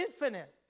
infinite